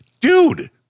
Dude